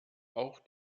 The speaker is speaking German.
auch